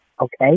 okay